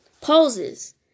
poses